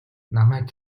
намайг